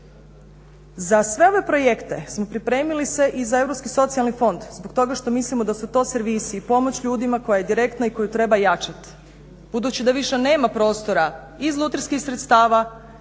Za sve ove projekte smo pripremili se i za europski socijalni fond zbog toga što mislimo da su to servisi i pomoć ljudima koja je direktna i koju treba jačat. Budući da više nema prostora iz lutrijskih sredstava,